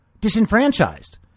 disenfranchised